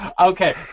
Okay